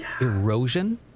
erosion